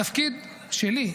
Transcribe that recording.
התפקיד שלי,